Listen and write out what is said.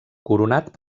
coronat